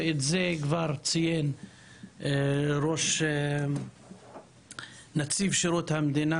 ואת זה כבר ציין ראש נציבות שירות המדינה,